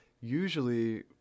usually